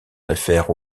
réfèrent